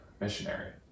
missionary